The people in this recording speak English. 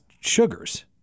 sugars